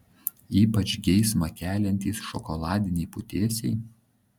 ypač geismą keliantys šokoladiniai putėsiai